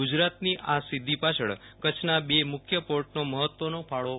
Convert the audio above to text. ગુજરાતની આ સિધ્ધી પાછળ કચ્છના બે મુખ્ય પોર્ટનો મહત્વનો ફાળો રહ્યો છે